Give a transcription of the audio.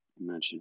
Imagine